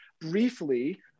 briefly